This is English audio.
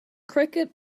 cricket